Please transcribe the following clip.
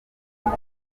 safi